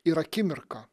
ir akimirka